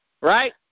right